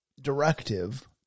directive